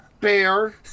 bear